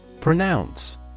Pronounce